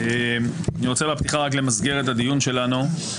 אני רוצה לפתיחה רק למסגר את הדיון שלנו,